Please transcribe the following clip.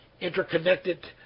interconnected